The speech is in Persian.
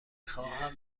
خواهم